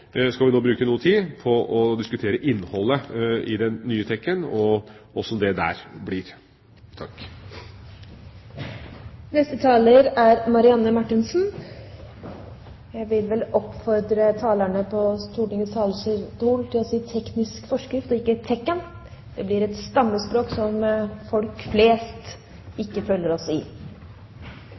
skal vi bruke noe tid på å diskutere innholdet i den nye TEK-en og hvordan det blir. Presidenten vil oppfordre talerne på Stortingets talerstol til å si teknisk forskrift, og ikke TEK-en. Det blir et stammespråk som folk flest ikke følger oss i.